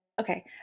Okay